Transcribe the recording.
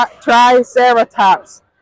Triceratops